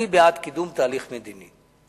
אני בעד קידום תהליך מדיני,